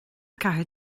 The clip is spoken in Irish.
ceathair